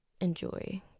enjoy